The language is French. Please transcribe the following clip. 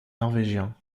norvégiens